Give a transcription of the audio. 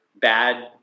bad